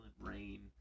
rain